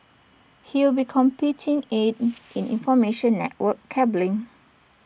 he will be competing in in information network cabling